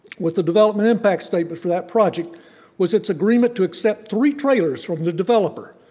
with the development impact statement for that project was its agreement to accept three trailers from the developer,